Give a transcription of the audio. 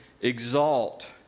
exalt